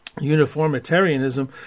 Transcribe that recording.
Uniformitarianism